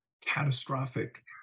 catastrophic